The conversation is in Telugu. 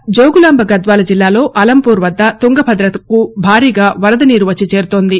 కాగా జోగులాంబ గద్వాల జిల్లాలో అలంపూర్ వద్ద తుంగభద్రకు భారీగా వరదనీరు వచ్చి చేరుతోంది